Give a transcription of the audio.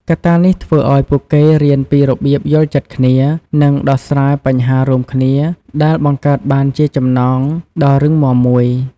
កត្តានេះធ្វើឲ្យពួកគេរៀនពីរបៀបយល់ចិត្តគ្នា និងដោះស្រាយបញ្ហារួមគ្នា ដែលបង្កើតបានជាចំណងដ៏រឹងមាំមួយ។